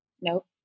Nope